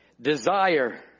desire